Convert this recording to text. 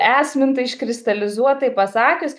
esmintai iškristalizuotai pasakius